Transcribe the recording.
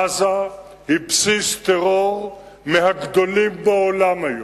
עזה היא בסיס טרור מהגדולים בעולם היום.